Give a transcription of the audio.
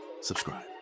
subscribe